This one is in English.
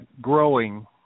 growing